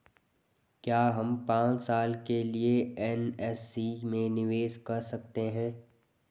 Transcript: क्या हम पांच साल के लिए एन.एस.सी में निवेश कर सकते हैं?